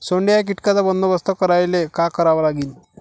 सोंडे या कीटकांचा बंदोबस्त करायले का करावं लागीन?